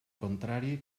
contrari